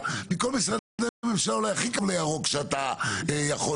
מכל משרדי הממשלה הוא אולי הכי קרוב לירוק שאתה יכול